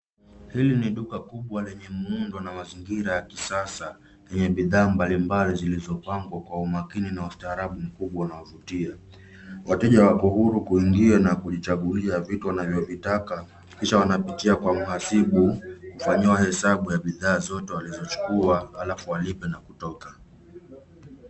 Hili ni duka kubwa lenye muundo na mazingira ya kisasa, yenye bidhaa mbalimbali zilizopangwa kwa umakini na ustaarabu mkubwa unaovutia. Wateja wako huru kuingia na kujichagulia vitu wanavyovitaka kisha wanapitia kwa mhasibu kufanyiwa hesabu ya bidhaa zote walizochukua, alafu walipe na kutoka.